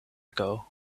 ago